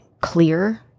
clear